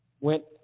Went